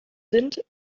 sind